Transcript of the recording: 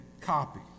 copy